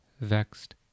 vexed